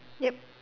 yup